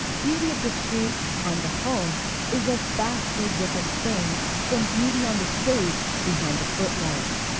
beauty of the street and the home is a vastly different thing from beauty on the stage behind the footlights.